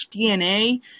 DNA